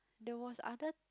there was other